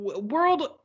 world